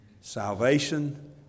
Salvation